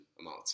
amount